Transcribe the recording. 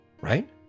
right